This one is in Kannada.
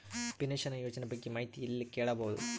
ಪಿನಶನ ಯೋಜನ ಬಗ್ಗೆ ಮಾಹಿತಿ ಎಲ್ಲ ಕೇಳಬಹುದು?